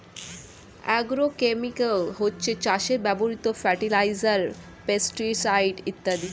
agrochemical হচ্ছে চাষে ব্যবহৃত ফার্টিলাইজার, পেস্টিসাইড ইত্যাদি